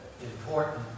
important